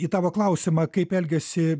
į tavo klausimą kaip elgiasi